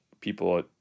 people